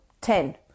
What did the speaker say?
Ten